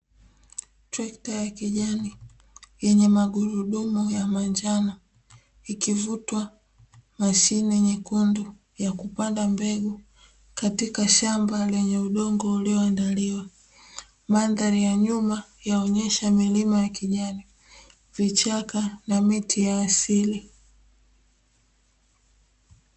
Trekta ya kijani yenye magurudumu ya manjano ikivutwa. Mashine nyekundu ya kupanda mbegu katika shamba lenye udongo ulioandaliwa, mandhari ya nyuma yaonesha milima ya kijani vichaka na miti ya asili.